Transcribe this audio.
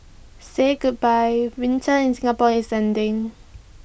say goodbye winter in Singapore is ending